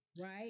right